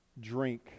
drink